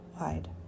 wide